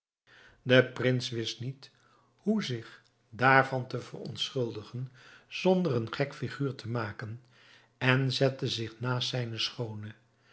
de prins wist niet hoe zich daarvan te verontschuldigen zonder een gek figuur te maken en zette zich naast zijne schoone